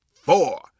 four